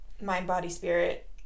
mind-body-spirit